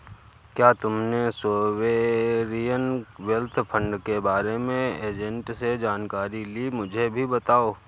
क्या तुमने sovereign wealth fund के बारे में एजेंट से जानकारी ली, मुझे भी बताओ